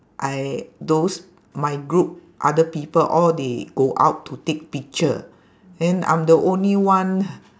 I those my group other people all they go out to take picture then I'm the only one